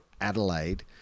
Adelaide